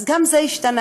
אז גם זה השתנה,